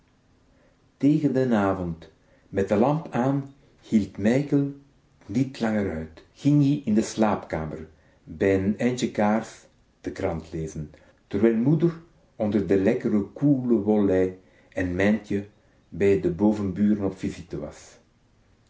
tegen den avond met de lamp aan hield mijkel t niet langer uit ging-ie in de slaapkamer bij n eindje kaars de krant lezen terwijl moeder onder de lekkere lei en mijntje bij de bovenburen op visite